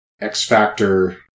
X-Factor